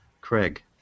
Craig